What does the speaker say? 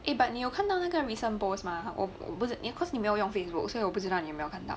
eh but 你有看到那个 Nissan boss mah 我我不是 cause 你没有用 facebook 所以我不知道你有没有看到